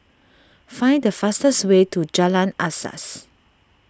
find the fastest way to Jalan Asas